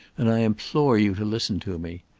and i implore you to listen to me.